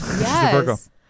yes